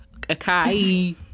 acai